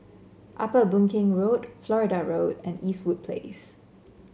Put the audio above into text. Upper Boon Keng Road Florida Road and Eastwood Place